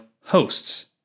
hosts